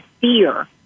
fear